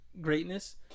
greatness